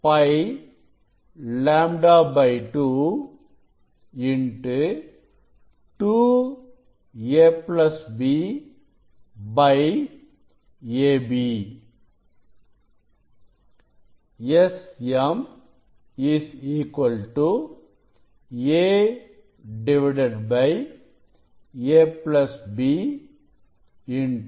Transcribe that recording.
2a b ab Sm a ab